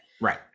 right